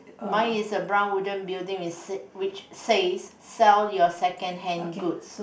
mine is a brown wooden building which say which says sell your secondhand goods